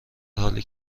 حالی